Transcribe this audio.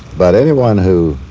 but anyone who